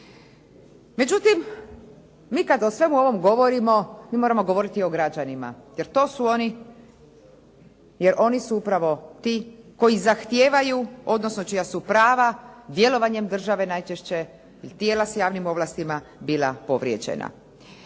Međutim, mi kad o svemu ovom govorimo mi moramo govoriti i o građanima, jer to su oni, jer oni su upravo ti koji zahtijevaju, odnosno čija su prava djelovanjem države najčešće tijela s javnim ovlastima bila povrijeđena.